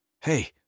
Hey